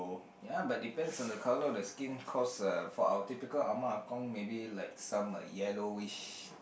ya but depends on the colour of the skin cause uh for our typical ah ma ah gong maybe like some yellowish